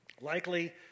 Likely